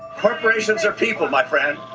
corporations are people, my friend.